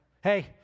hey